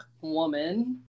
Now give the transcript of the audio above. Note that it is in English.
woman